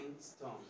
stone